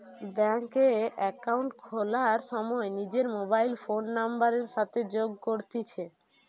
bank এ account খোলার সময় নিজর মোবাইল ফোন নাম্বারের সাথে যোগ করতিছে